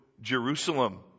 Jerusalem